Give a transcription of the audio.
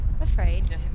afraid